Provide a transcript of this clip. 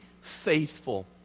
faithful